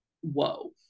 whoa